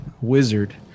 wizard